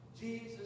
Jesus